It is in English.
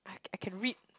I can read